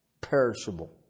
perishable